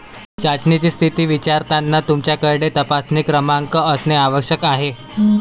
चाचणीची स्थिती विचारताना तुमच्याकडे तपासणी क्रमांक असणे आवश्यक आहे